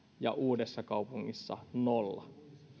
ja uudessakaupungissa nolla